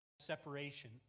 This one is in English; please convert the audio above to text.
separation